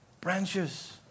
Branches